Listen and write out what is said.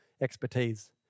expertise